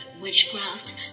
witchcraft